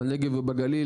בנגב ובגליל,